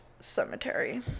Cemetery